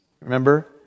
Remember